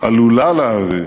עלולה להביא